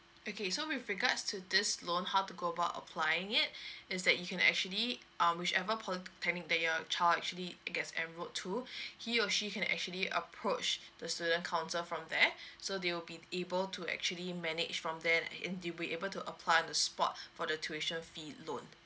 okay so with regards to this loan how to go about applying it is that you can actually um whichever polytechnic that your child actually gets enrolled to he or she can actually approach the student council from there so they will be able to actually manage from there and they will able to apply on the spot for the tuition fee loan